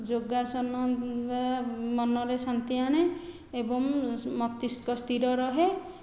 ଯୋଗାସନ ମନରେ ଶାନ୍ତି ଆଣେ ଏବଂ ମସ୍ତିଷ୍କ ସ୍ଥିର ରହେ